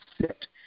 sit